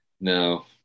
no